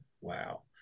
Wow